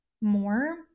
more